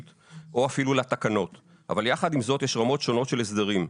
או אפילו לתקנות אבל יחד עם זאת יש רמות שונות של הסדרים.